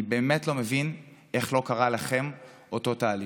אני באמת לא מבין איך לא קרה לכם אותו תהליך.